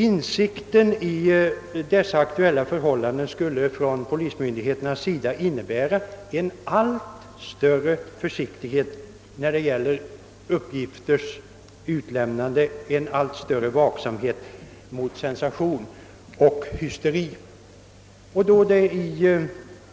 Insikt i dessa aktuella förhållanden skulle motivera en allt större försiktighet från polismyndigheternas sida när det gäller uppgifters utlämnande, en allt större vaksamhet mot sensation och hysteri. | Då det av